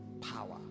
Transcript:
power